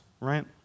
right